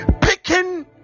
picking